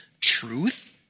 truth